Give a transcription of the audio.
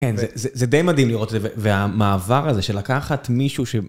כן, זה די מדהים לראות את זה, והמעבר הזה של לקחת מישהו ש...